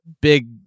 big